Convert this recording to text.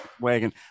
wagon